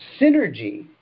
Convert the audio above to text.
Synergy